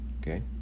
Okay